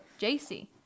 JC